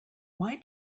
why